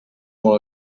molt